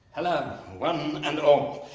hello one and all,